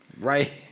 Right